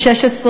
16,